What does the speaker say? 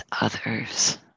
others